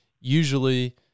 usually